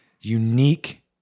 unique